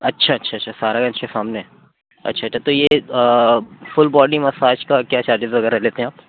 اچھا اچھا اچھا سہارا گنج کے سامنے اچھا تب تو یہ فل باڈی مساج کا کیا چارجیز وغیرہ لیتے ہیں آپ